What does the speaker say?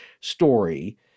story